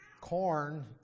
corn